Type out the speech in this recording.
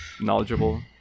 knowledgeable